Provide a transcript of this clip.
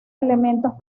elementos